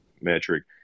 metric